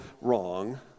wrong